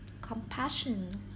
compassion